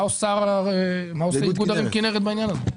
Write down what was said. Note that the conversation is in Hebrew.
מה עושה איגוד ערים כינרת בעניין הזה?